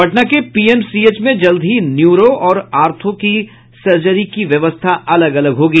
पटना के पीएमसीएच में जल्द ही न्यूरो और ऑर्थो की सर्जरी की व्यवस्था अलग अलग होगी